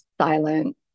silent